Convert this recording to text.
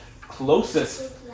closest